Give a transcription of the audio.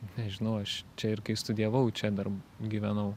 nežinau aš čia ir kai studijavau čia dar gyvenau